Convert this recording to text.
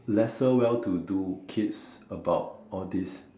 lesser well to do kids about all these